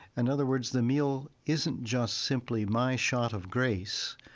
and other words, the meal isn't just simply my shot of grace,